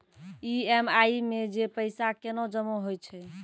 EMI मे जे पैसा केना जमा होय छै?